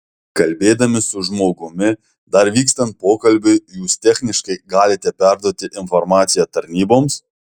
kalbėdami su žmogumi dar vykstant pokalbiui jūs techniškai galite perduoti informaciją tarnyboms